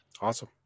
awesome